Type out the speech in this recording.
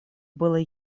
было